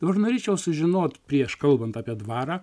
dabar norėčiau sužinot prieš kalbant apie dvarą